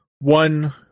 one